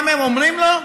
מה הם אומרים לו?